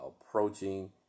approaching